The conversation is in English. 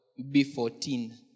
B14